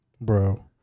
bro